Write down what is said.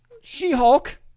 She-Hulk